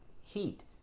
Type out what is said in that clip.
heat